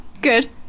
Good